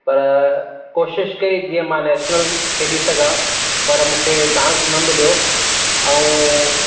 पर कोशिशि कई जीअं मां नेशनल खेॾी सघां पर मूंखे चांस न मिलियो ऐं